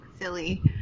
silly